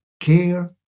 care